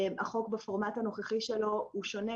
החוק בפורמט הנוכחי שלו שונה,